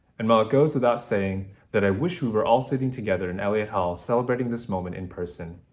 and while it goes without saying that i wish we were all sitting together in elliot hall, celebrating this moment in person.